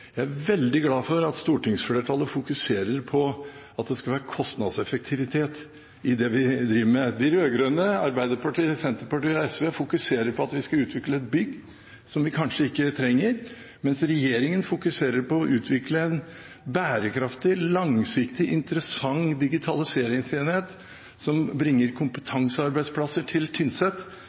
Jeg er veldig glad for at stortingsflertallet fokuserer på at det skal være kostnadseffektivitet i det vi driver med. De rød-grønne – Arbeiderpartiet, Senterpartiet og SV – fokuserer på at vi skal utvikle et bygg som vi kanskje ikke trenger, mens regjeringen fokuserer på å utvikle en bærekraftig, langsiktig, interessant digitaliseringsenhet som bringer kompetansearbeidsplasser til Tynset.